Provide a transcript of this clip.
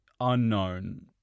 unknown